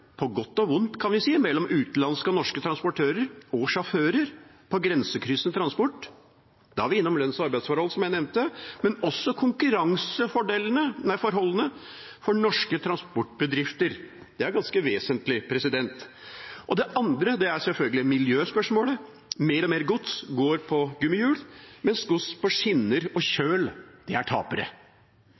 på godt og vondt, kan vi si – mellom utenlandske og norske transportører og sjåfører på grensekryssende transport. Da er vi innom lønns- og arbeidsforhold, som jeg nevnte, men også konkurranseforholdene for norske transportbedrifter, og det er ganske vesentlig. Det andre punktet er selvfølgelig miljøspørsmålet. Mer og mer gods går på gummihjul, mens gods på skinner og kjøl er tapere.